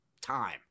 time